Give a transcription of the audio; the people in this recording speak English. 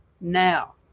Now